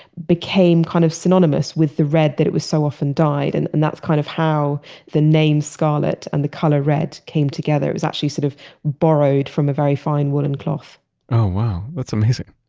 became kind of synonymous with the red that it was so often dyed. and and that's kind of how the name scarlet and the color red came together was actually sort of borrowed from a very fine woolen cloth oh, wow. that's amazing.